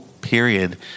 period